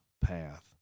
path